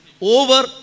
over